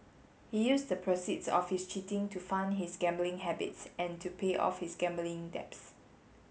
he used the proceeds of his cheating to fund his gambling habits and to pay off his gambling debts